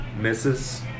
Misses